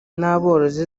n’aborozi